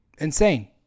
Insane